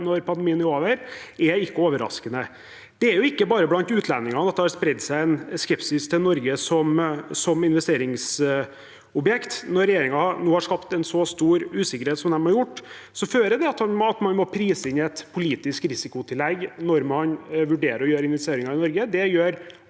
når pandemien er over, er ikke overraskende. Det er ikke bare blant utlendingene det har spredt seg en skepsis til Norge som investeringsobjekt. Når regjeringen nå har skapt en så stor usikkerhet som de har gjort, fører det til at man må prise inn et politisk risikotillegg når man vurderer å gjøre investeringer i Norge.